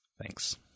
thanks